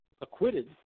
acquitted